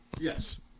Yes